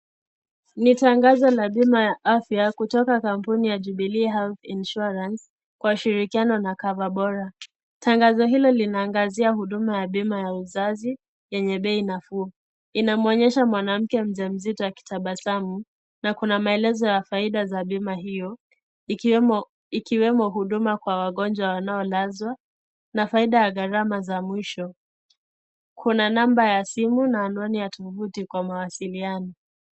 Ni tangazo la bima la afya kutoka kampuni ya jubilee Health Insurance kwa ushirikiano na Cover bora. Tangazo hilo linaangazia huduma ya bima ya uzazi yenye bei nafuu. Inamwonyesha mwanmke mjamzito akitabasamu na kuna maelezo ya faida za bima hio ikiwemo huduma kwa wagonjwa wanaolazwa na faida ya gharama ya mwisho. Kuna namba ya simu na anwani ya tovuti kwa mawasiliano.